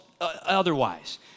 otherwise